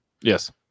Yes